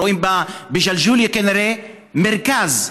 רואים בג'לג'וליה כנראה מרכז.